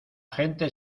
gente